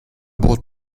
bought